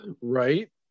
Right